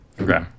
Okay